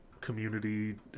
community